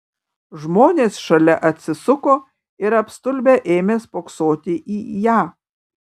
žmonės šalia atsisuko ir apstulbę ėmė spoksoti į ją